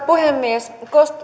puhemies